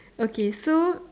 okay so